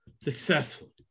successful